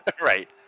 right